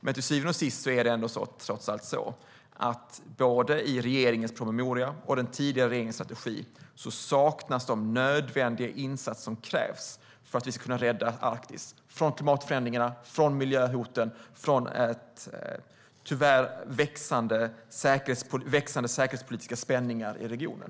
Men till syvende och sist är det trots allt så att både i regeringens promemoria och i den tidigare regeringens strategi saknas tyvärr de nödvändiga insatser som krävs för att vi ska kunna rädda Arktis från klimatförändringarna, från miljöhoten och från växande säkerhetspolitiska spänningar i regionen.